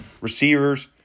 receivers –